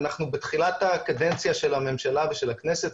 אנחנו בתחילת הקדנציה של הממשלה ושל הכנסת,